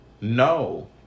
No